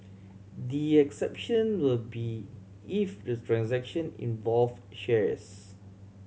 the exception will be if the transaction involve shares